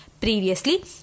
Previously